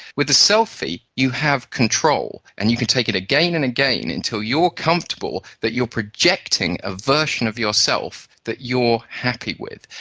with the selfie you have control and you can take it again and again until you are comfortable that you are projecting a version of yourself that you are happy with.